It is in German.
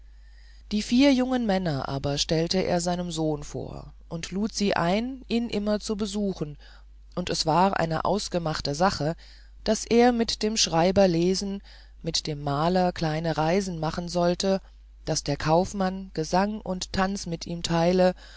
die vier jungen männer aber stellte er seinem sohn vor und lud sie ein ihn immer zu besuchen und es war ausgemachte sache daß er mit dem schreiber lesen mit dem maler kleine reisen machen sollte daß der kaufmann gesang und tanz mit ihm teile